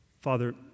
Father